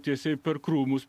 tiesiai per krūmus